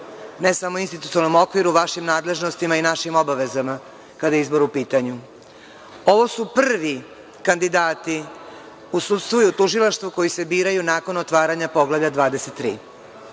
ne samo institucionom okviru, vašim nadležnostima i našim obavezama, kada je izbor u pitanju. Ovo su prvi kandidati u sudstvu i tužilaštvu koji se biraju nakon otvaranja Poglavlja 23.